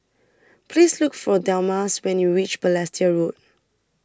Please Look For Delmas when YOU REACH Balestier Road